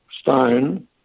Stone